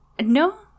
No